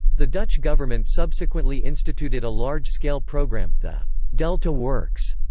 the dutch government subsequently instituted a large-scale programme, the delta works,